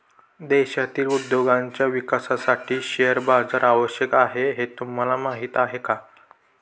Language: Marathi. देशातील उद्योगांच्या विकासासाठी शेअर बाजार आवश्यक आहे हे तुम्हाला माहीत आहे का?